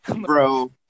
bro